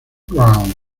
ground